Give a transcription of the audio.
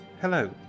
hello